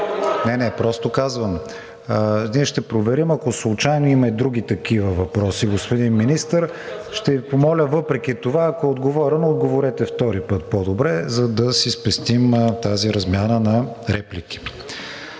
Не, не, просто казвам. Ние ще проверим, ако случайно има и други такива въпроси, господин Министър, ще Ви помоля, въпреки това, ако е отговорено, отговорете втори път по-добре, за да си спестим тази размяна на реплики.